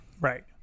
Right